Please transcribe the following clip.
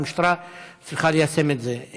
המשטרה צריכה ליישם את זה.